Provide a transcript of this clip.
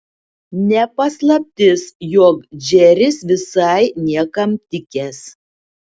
ne paslaptis jog džeris visai niekam tikęs